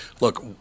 look